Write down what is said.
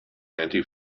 anti